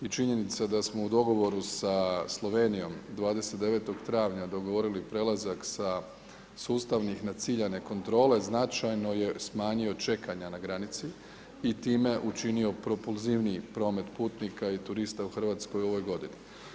I činjenica da smo u dogovoru sa Slovenijom, 29. travnja dogovorili prelazak sa sustavnih na ciljane kontrole, značajno ne smanjio čekanja na granici i time učinio propulzivniji promet putnika i turista u Hrvatskoj ove godine.